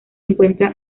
encuentra